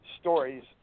stories